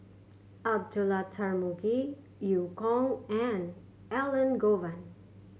Abdullah Tarmugi Eu Kong and Elangovan